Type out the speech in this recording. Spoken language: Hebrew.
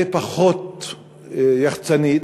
פחות יחצנית,